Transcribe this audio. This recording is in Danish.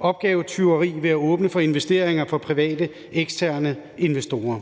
opgavetyveri ved at åbne for investeringer for private eksterne investorer.